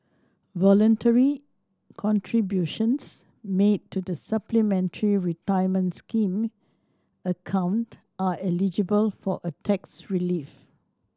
voluntary contributions made to the Supplementary Retirement Scheme account are eligible for a tax relief